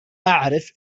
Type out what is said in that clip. أعرف